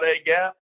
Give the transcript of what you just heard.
A-gap